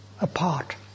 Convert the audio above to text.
apart